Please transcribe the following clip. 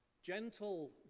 Gentle